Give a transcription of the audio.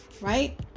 Right